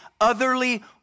otherly